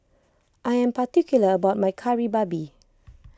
I am particular about my Kari Babi